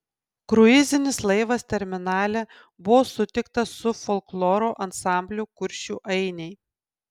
kruizinis laivas terminale buvo sutiktas su folkloro ansambliu kuršių ainiai